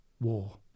War